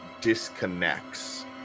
disconnects